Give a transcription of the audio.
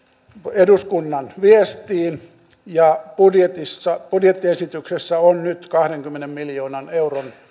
eduskunnan viestiin ja budjettiesityksessä on nyt kahdenkymmenen miljoonan euron